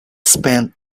spent